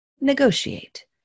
negotiate